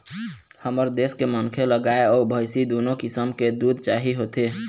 हमर देश के मनखे ल गाय अउ भइसी दुनो किसम के दूद चाही होथे